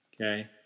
Okay